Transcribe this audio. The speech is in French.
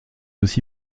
aussi